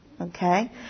okay